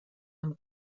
amb